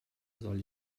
soll